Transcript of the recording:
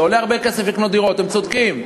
זה עולה הרבה כסף לקנות דירות, הם צודקים.